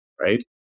right